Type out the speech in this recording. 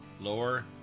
lower